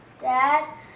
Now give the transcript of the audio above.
Dad